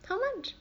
how much